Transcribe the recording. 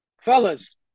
fellas